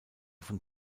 von